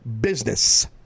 business